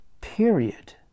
Period